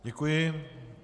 Děkuji.